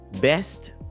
best